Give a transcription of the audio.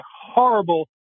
horrible